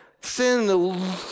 Sin